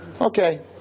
Okay